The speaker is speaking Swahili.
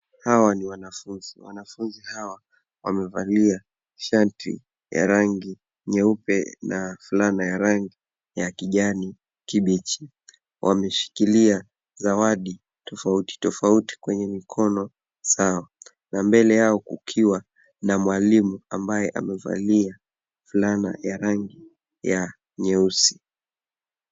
Hawa ni wanafunzi. Wanafunzi hawa wamevalia shati za rangi nyeupe na fulana za rangi ya kijani kibichi. Wameshikilia zawadi tofauti tofauti kwenye mikono zao na mbele yao kukiwa na mwalimu ambaye amevalia fulana ya rangi ya nyeusi.